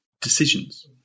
decisions